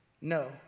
No